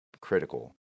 critical